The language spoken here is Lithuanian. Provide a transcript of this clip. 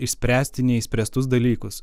išspręsti neišspręstus dalykus